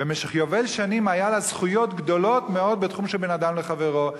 במשך יובל שנים היו לה זכויות גדולות מאוד בתחום של בין אדם לחברו.